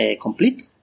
complete